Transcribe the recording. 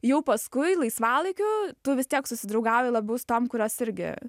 jau paskui laisvalaikiu tu vis tiek susidraugauji labiau su tom kurios irgi